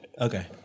Okay